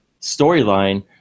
storyline